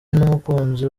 n’umukunzi